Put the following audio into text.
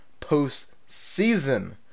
postseason